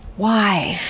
why?